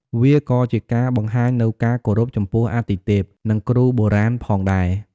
វាក៏ជាការបង្ហាញនូវការគោរពចំពោះអាទិទេព និងគ្រូបុរាណផងដែរ។